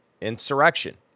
insurrection